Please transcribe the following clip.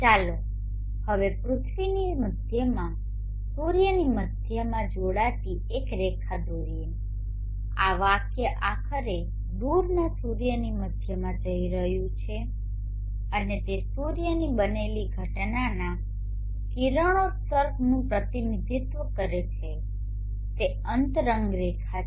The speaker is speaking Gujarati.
ચાલો હવે પૃથ્વીની મધ્યમાં સૂર્યની મધ્યમાં જોડાતી એક રેખા દોરીએ આ વાક્ય આખરે દૂરના સૂર્યની મધ્યમાં જઈ રહ્યું છે અને તે સૂર્યથી બનેલી ઘટનાના કિરણોત્સર્ગનું પ્રતિનિધિત્વ કરે છે તે અંતરંગ રેખા છે